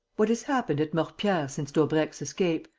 what has happened at mortepierre since daubrecq's escape?